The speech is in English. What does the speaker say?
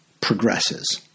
progresses